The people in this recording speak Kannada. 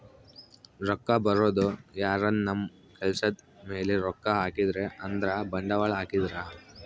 ರೊಕ್ಕ ಬರೋದು ಯಾರನ ನಮ್ ಕೆಲ್ಸದ್ ಮೇಲೆ ರೊಕ್ಕ ಹಾಕಿದ್ರೆ ಅಂದ್ರ ಬಂಡವಾಳ ಹಾಕಿದ್ರ